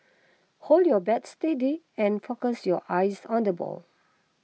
hold your bat steady and focus your eyes on the ball